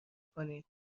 کنید